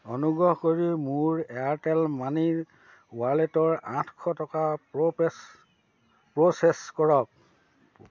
অনুগ্ৰহ কৰি মোৰ এয়াৰটেল মানিৰ ৱালেটৰ আঠশ টকা প্ৰপেচ প্ৰ'চেছ কৰক